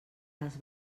les